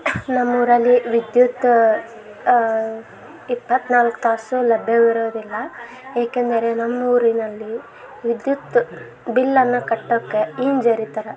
ನಮ್ಮ ಊರಲ್ಲಿ ವಿದ್ಯುತ್ತು ಇಪ್ಪತ್ತ ನಾಲ್ಕು ತಾಸು ಲಭ್ಯವಿರೋದಿಲ್ಲ ಏಕೆಂದರೆ ನಮ್ಮ ಊರಿನಲ್ಲಿ ವಿದ್ಯುತ್ ಬಿಲ್ಲನ್ನು ಕಟ್ಟೋಕ್ಕೆ ಹಿಂಜರಿತಾರ